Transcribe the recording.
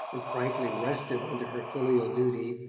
and frankly restive under her filial duty,